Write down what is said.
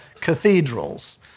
cathedrals